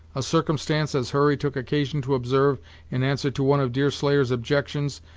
a circumstance, as hurry took occasion to observe in answer to one of deerslayer's objections,